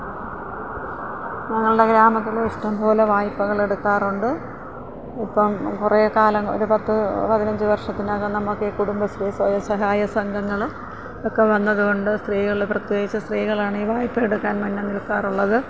ഞങ്ങളുടെ ഗ്രാമത്തില് ഇഷ്ടം പോലെ വായ്പകൾ എടുക്കാറുണ്ട് ഇപ്പോള് കുറേക്കാലം ഒരു പത്ത് പതിനഞ്ച് വർഷത്തിനകം നമ്മള്ക്കീ കുടുംബശ്രീ സ്വയ സഹായ സംഘങ്ങളും ഒക്കെ വന്നതുകൊണ്ട് സ്ത്രീകള് പ്രത്യേകിച്ച് സ്ത്രീകളാണ് ഈ വായ്പ എടുക്കാൻ മുന്നേ നിൽക്കാറുള്ളത്